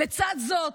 לצד זאת,